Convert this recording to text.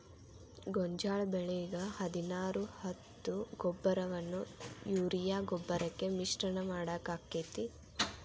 ಗೋಂಜಾಳ ಬೆಳಿಗೆ ಹದಿನಾರು ಹತ್ತು ಗೊಬ್ಬರವನ್ನು ಯೂರಿಯಾ ಗೊಬ್ಬರಕ್ಕೆ ಮಿಶ್ರಣ ಮಾಡಾಕ ಆಕ್ಕೆತಿ?